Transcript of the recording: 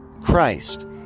Christ